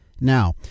Now